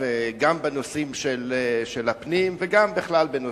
גם בנושאים של הפנים וגם בכלל בנושאים.